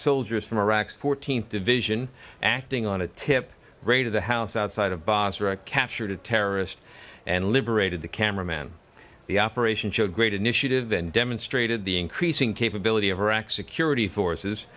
soldiers from iraq's fourteenth division acting on a tip rate of the house outside of basra captured a terrorist and liberated the camera man the operation showed great initiative and demonstrated the increasing capability of iraq's a curate he forces